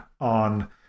on